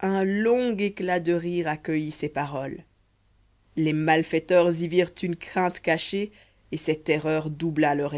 un long éclat de rire accueillit ces paroles les malfaiteurs y virent une crainte cachée et cette erreur doubla leur